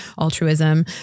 altruism